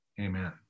Amen